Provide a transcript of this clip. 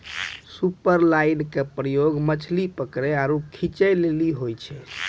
superline के प्रयोग मछली पकरै आरु खींचै लेली होय छै